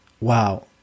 wow